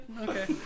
Okay